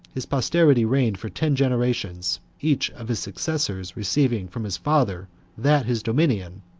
his posterity reigned for ten generations, each of his successors receiving from his father that his dominion,